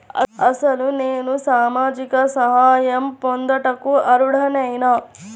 అసలు నేను సామాజిక సహాయం పొందుటకు అర్హుడనేన?